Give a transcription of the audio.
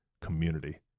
community